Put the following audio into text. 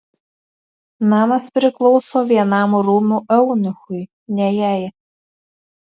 namas priklauso vienam rūmų eunuchui ne jai